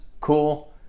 cool